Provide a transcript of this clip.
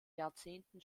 jahrzehnten